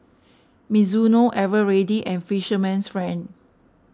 Mizuno Eveready and Fisherman's Friend